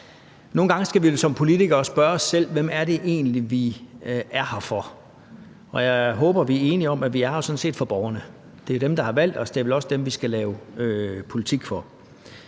Nogle gange skal vi vel som politikere spørge os selv: Hvem er det egentlig, vi er her for? Og jeg håber, at vi er enige om, at vi sådan set er her for borgerne. Det er dem, der har valgt os, og det er vel også dem, vi skal lave politik for.